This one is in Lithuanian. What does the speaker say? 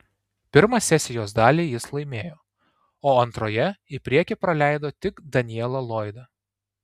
pirmą sesijos dalį jis laimėjo o antroje į priekį praleido tik danielą lloydą